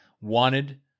wanted